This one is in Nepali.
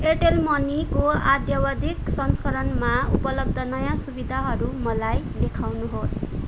एयरटेल मनीको आद्यावधिक संस्करणमा उपलब्ध नयाँ सुविधाहरू मलाई देखाउनुहोस्